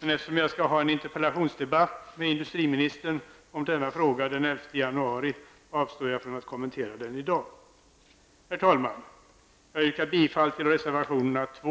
Eftersom jag skall föra en interpellationsdebatt med industriministern kring detta den 11 januari nästa år avstår jag från kommentarer i dag. Herr talman! Jag yrkar bifall till reservationerna 2,